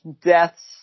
deaths